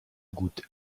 goûte